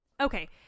Okay